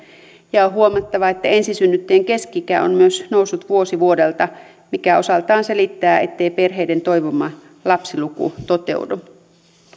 ja on huomattava että ensisynnyttäjien keski ikä on myös noussut vuosi vuodelta mikä osaltaan selittää ettei perheiden toivoma lapsiluku toteudu